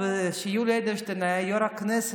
עוד שיולי אדלשטיין היה יושב-ראש הכנסת,